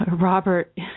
Robert